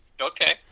Okay